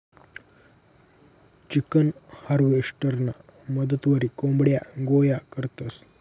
chicken हार्वेस्टरना मदतवरी कोंबड्या गोया करतंस